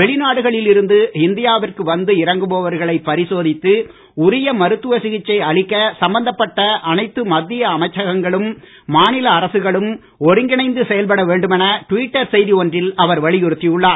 வெளிநாடுகளில் இருந்து இந்தியாவிற்கு வந்து இறங்குபவர்களை பரிசோதித்து உரிய மருத்துவ சிகிச்சை அளிக்க சம்பந்தப்பட்ட அனைத்து மத்திய அமைச்சகங்களும் மாநில அரசுகளும் ஒருங்கிணைந்து செயல்பட வேண்டும் என டுவிட்டர் செய்தி ஒன்றில் அவர் வலியுறுத்தியுள்ளார்